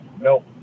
No